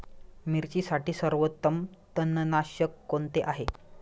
मिरचीसाठी सर्वोत्तम तणनाशक कोणते आहे?